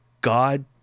God